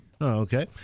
Okay